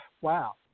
wow